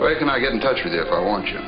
but can i get in touch with if i want you